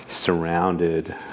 surrounded